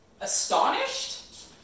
astonished